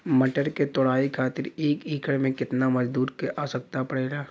मटर क तोड़ाई खातीर एक एकड़ में कितना मजदूर क आवश्यकता पड़ेला?